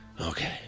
Okay